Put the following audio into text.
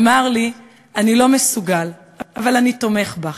אמר לי: אני לא מסוגל, אבל אני תומך בך.